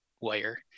wire